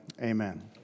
Amen